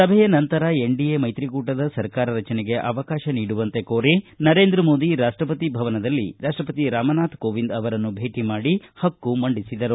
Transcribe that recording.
ಸಭೆಯ ನಂತರ ಎನ್ಡಿಎ ಮೈತ್ರಿಕೂಟದ ಸರ್ಕಾರ ರಚನೆಗೆ ಅವಕಾಶ ನೀಡುವಂತೆ ಕೋರಿ ನರೇಂದ್ರ ಮೋದಿ ರಾಷ್ಷಪತಿ ಭವನದಲ್ಲಿ ರಾಷ್ಷಪತಿ ರಾಮನಾಥ್ ಕೋವಿಂದ್ ಅವರನ್ನು ಭೇಟಿ ಮಾಡಿ ಪಕ್ಕು ಮಂಡಿಸಿದರು